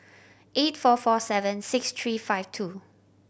eight four four seven six three five two